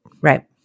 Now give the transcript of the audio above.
Right